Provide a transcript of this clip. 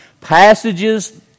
passages